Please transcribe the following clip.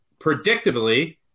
predictably